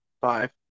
Five